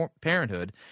Parenthood